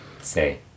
say